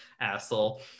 asshole